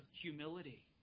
humility